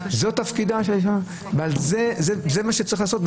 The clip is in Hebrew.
זה תפקידה של האישה, זה מה שצריך לעשות.